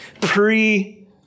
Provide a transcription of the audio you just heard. Pre